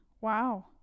wow